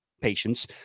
patients